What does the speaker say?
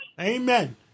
Amen